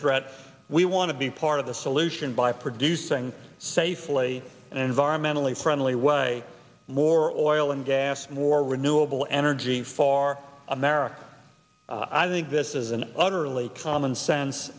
threat we want to be part of the solution by producing safely and environmentally friendly way more oil and gas more renewable energy far america i think this is an utterly commonsense